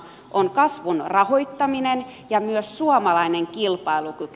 on kasvun rahoittaminen ja myös suomalainen kilpailukyky